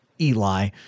Eli